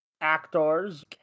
Actors